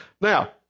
Now